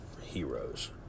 heroes